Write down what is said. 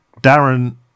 Darren